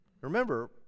Remember